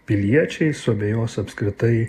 piliečiai suabejos apskritai